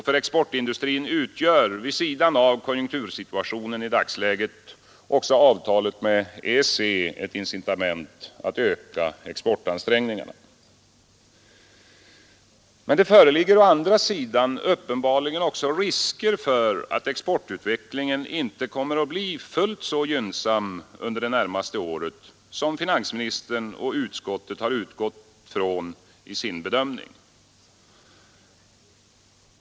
För exportindustrin utgör vid sidan av konjunktursituationen i dagsläget också avtalet med EEC ett incitament att öka exportansträngningarna. Men det föreligger å andra sidan uppenbarligen risker för att exportutvecklingen inte kommer att bli fullt så gynnsam under det närmaste året som finansministern och utskottet har utgått ifrån i sin bedömning.